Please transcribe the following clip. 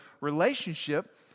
relationship